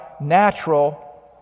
natural